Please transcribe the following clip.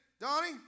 Donnie